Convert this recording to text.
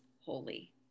holy